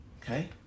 Okay